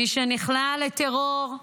מי שנכנע לטרור,